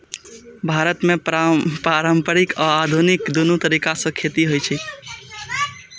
भारत मे पारंपरिक आ आधुनिक, दुनू तरीका सं खेती होइ छै